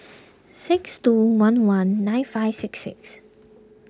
six two one one nine five six six